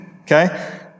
okay